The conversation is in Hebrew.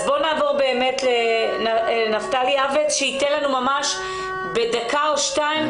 אז בואו נעבור באמת לנפתלי יעבץ שייתן לנו ממש בדקה או שתיים,